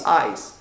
eyes